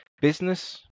Business